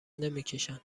نمیکشند